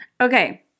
Okay